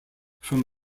from